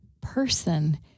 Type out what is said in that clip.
person